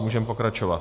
Můžeme pokračovat.